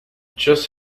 just